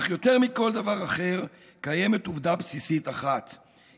אך יותר מכל דבר אחר קיימת עובדה בסיסית אחת,